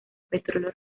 petróleo